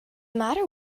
matter